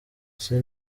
ese